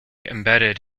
embedded